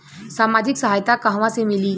सामाजिक सहायता कहवा से मिली?